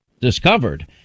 discovered